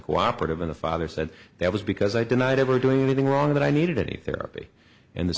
cooperative and a father said that was because i denied ever doing anything wrong or that i needed any therapy in the